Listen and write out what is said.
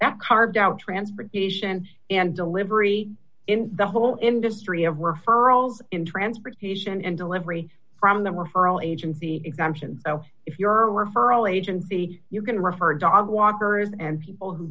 that carved out transportation and delivery in the whole industry of referrals in transportation and delivery from the referral agency exemption if you're a referral agency you can refer dog walkers and people who